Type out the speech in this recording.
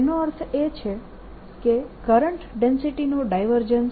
તેનો અર્થ એ છે કે કરંટ ડેન્સિટીનું ડાયવર્જન્સ